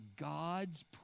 God's